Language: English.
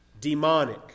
demonic